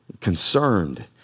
concerned